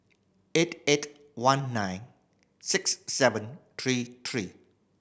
eight eight one nine six seven three three